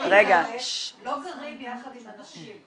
המבוגרים האלה לא גרים יחד עם הנשים.